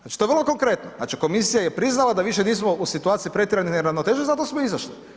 Znači to je vrlo konkretno, znači komisija je priznala da više nismo u situaciji pretjeranih neravnoteža zato smo izašli.